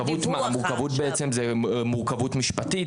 המורכבות בעצם זה מורכבות משפטית?